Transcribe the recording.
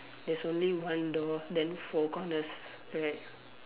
there's only one door then four corners right